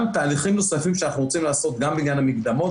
וגם תהליכים נוספים שאנחנו רוצים לעשות גם בענייו המקדמות.